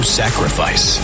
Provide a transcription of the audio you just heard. sacrifice